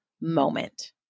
moment